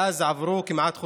מאז עברו כמעט חודשיים.